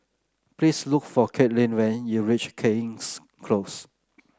please look for Katelynn when you reach King's Close